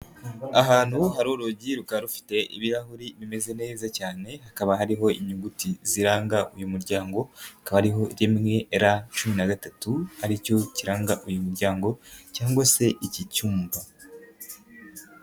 Ahantu hari urugi rukaba rufite ibirahuri bimeze neza cyane hakaba hariho inyuguti ziranga uyu muryango, hakaba hariho rimwe ra cumi n'agatatu aricyo kiranga uyu muryango, cyangwa se iki cyumba.